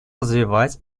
развивать